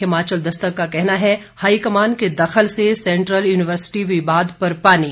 हिमाचल दस्तक का कहना है हाईकमान के दखल से सेंट्रल यूनिवर्सिटी विवाद पर पानी